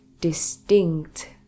distinct